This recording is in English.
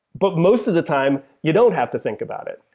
but most of the time, you don't have to think about it.